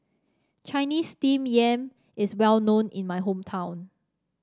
Chinese Steamed Yam is well known in my hometown